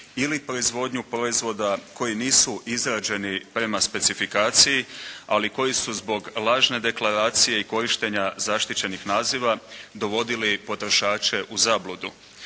ili proizvodnju proizvoda koji nisu izrađeni prema specifikaciji. Ali koji su zbog lažne deklaracije i korištenja zaštićenih naziva dovodili potrošače u zabludu.